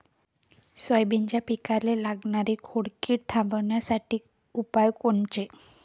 सोयाबीनच्या पिकाले लागनारी खोड किड थांबवासाठी उपाय कोनचे?